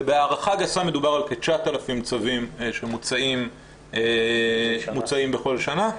ובהערכה גסה מדובר על כ- 9000 צווים שמוצאים בכל שנה.